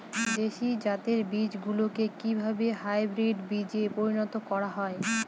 দেশি জাতের বীজগুলিকে কিভাবে হাইব্রিড বীজে পরিণত করা হয়?